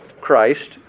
Christ